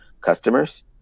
customers